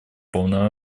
полном